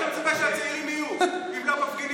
איפה אתה מצפה שהצעירים יהיו אם לא מפגינים נגדכם?